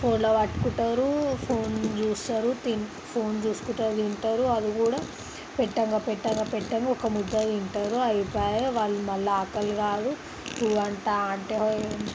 ఫోన్లు పట్టుకుంటారు ఫోన్ చూస్తారు తిన్ ఫోన్ చూసుకుంటూ తింటారు అది కూడా పెట్టగా పెట్టగా పెట్టగా ఒక ముద్ద తింటారు అయిపోయే వాళ్ళు మళ్ళీ ఆకలి కాదు వంట అంటే ఓ